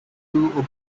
two